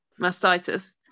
mastitis